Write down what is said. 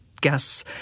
guess